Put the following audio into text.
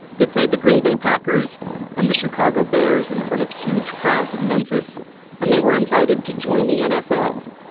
they played the green bay packers and the chicago bears in front of huge crowds in memphis and they were invited to join the nfl,